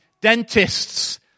dentists